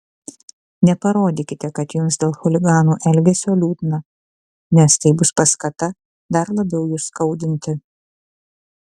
neparodykite kad jums dėl chuliganų elgesio liūdna nes tai bus paskata dar labiau jus skaudinti